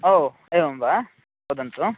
ओ एवं वा वदन्तु